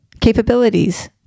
capabilities